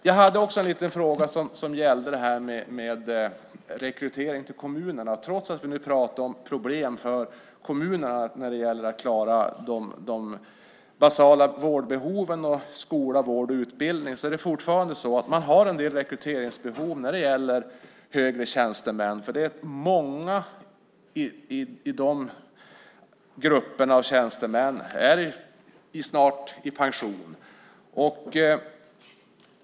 Jag hade också en liten fråga som gällde rekrytering till kommunerna. Trots att vi nu pratar om problem för kommunerna när det gäller att klara de basala vårdbehoven och skola, vård och utbildning har man fortfarande ett rekryteringsbehov när det gäller högre tjänstemän. Det är nämligen många i de grupperna av tjänstemän som snart går i pension.